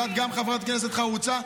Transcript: וגם את חברת כנסת חרוצה,